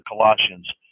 Colossians